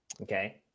Okay